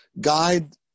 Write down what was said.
guide